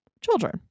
children